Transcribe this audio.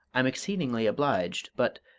i'm exceedingly obliged, but,